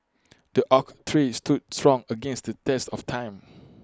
the oak tree stood strong against the test of time